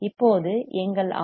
இப்போது எங்கள் ஆர்